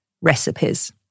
recipes